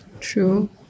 True